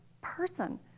person